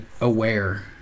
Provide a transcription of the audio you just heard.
aware